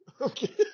Okay